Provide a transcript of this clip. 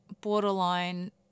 borderline